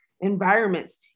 environments